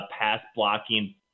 pass-blocking